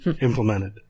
implemented